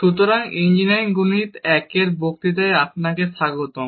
সুতরাং ইঞ্জিনিয়ারিং গণিত 1 এর বক্তৃতায় আপনাকে স্বাগতম